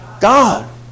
God